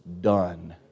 done